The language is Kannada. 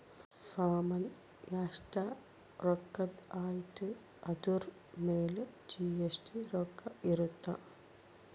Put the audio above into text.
ಸಾಮನ್ ಎಸ್ಟ ರೊಕ್ಕಧ್ ಅಯ್ತಿ ಅದುರ್ ಮೇಲೆ ಜಿ.ಎಸ್.ಟಿ ರೊಕ್ಕ ಇರುತ್ತ